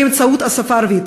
באמצעות השפה הערבית,